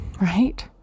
right